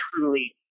truly